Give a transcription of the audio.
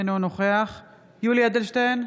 אינו נוכח יולי יואל אדלשטיין,